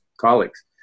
colleagues